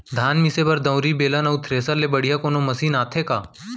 धान मिसे बर दंवरि, बेलन अऊ थ्रेसर ले बढ़िया कोनो मशीन आथे का?